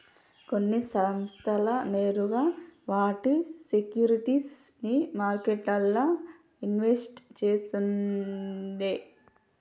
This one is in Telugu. కొన్ని సంస్థలు నేరుగా వాటి సేక్యురిటీస్ ని మార్కెట్లల్ల ఇన్వెస్ట్ చేస్తుండే